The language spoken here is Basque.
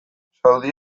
saudi